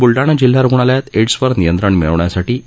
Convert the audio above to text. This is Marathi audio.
बूलडाणा जिल्हा रुग्णालयात एड्स वर नियंत्रण मिळवण्याठी ए